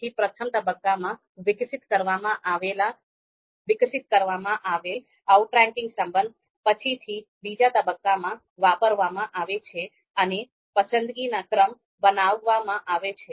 તેથી પ્રથમ તબક્કામાં વિકસિત કરવામાં આવેલ આઉટરેન્કિંગ સંબંધ પછીથી બીજા તબક્કામાં વાપરવામાં આવે છે અને પસંદગીના ક્રમ બનાવવામાં આવે છે